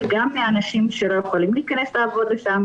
גם האנשים שלא יכולים להיכנס לעבוד שם,